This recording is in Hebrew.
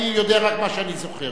אני יודע רק מה שאני זוכר.